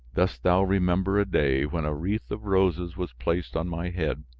dost thou remember a day when a wreath of roses was placed on my head?